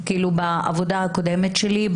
בעבודה הקודמת שלי,